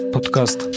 Podcast